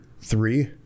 three